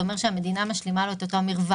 אומר שהמדינה משלימה לו את אותו מרווח.